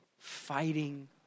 Fighting